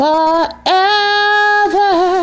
Forever